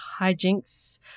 hijinks